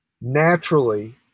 Naturally